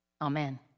amen